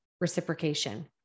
reciprocation